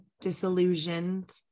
disillusioned